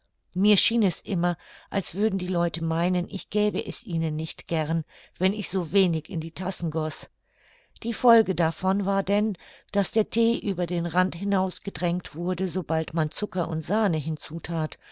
mir schien es immer als würden die leute meinen ich gäbe es ihnen nicht gern wenn ich so wenig in die tassen goß die folge davon war denn daß der thee über den rand hinaus gedrängt wurde sobald man zucker und sahne hinzu that